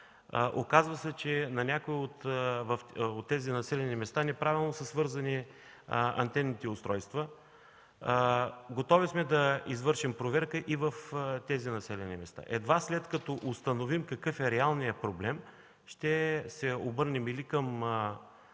Оказва се, че в някои от тях неправилно са свързани антенните устройства. Готови сме да извършим проверка и в тези населени места. Едва след като установим какъв е реалният проблем, ще се обърнем или към